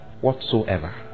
Whatsoever